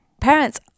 parents